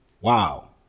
wow